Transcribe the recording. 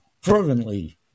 Fervently